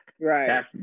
Right